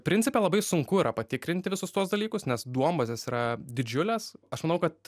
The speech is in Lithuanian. principe labai sunku yra patikrinti visus tuos dalykus nes duombazės yra didžiulės aš manau kad